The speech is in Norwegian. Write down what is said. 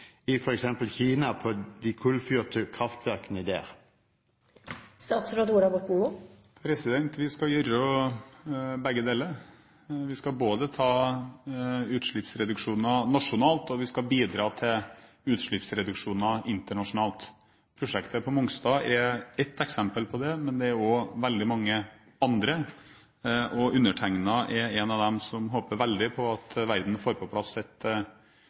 i Kina? Vi skal gjøre begge deler. Vi skal både ta utslippsreduksjoner nasjonalt og bidra til utslippsreduksjoner internasjonalt. Prosjektet på Mongstad er ett eksempel på det, men det er jo veldig mange andre. Og jeg er en av dem som håper veldig på at verden får på plass